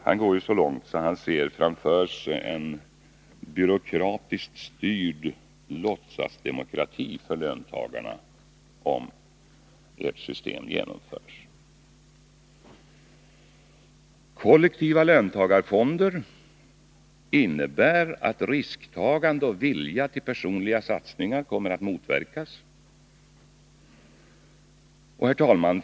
Han går så långt att han framför sig ser en ”byråkratiskt styrd låtsasdemokrati för löntagarna”, om ert system genomförs. Kollektiva löntagarfonder innebär att risktagande och vilja till personliga satsningar kommer att motverkas. Herr talman!